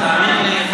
תאמין לי,